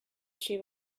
she